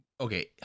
okay